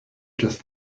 just